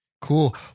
Cool